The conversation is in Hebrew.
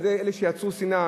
אלה שיצרו שנאה.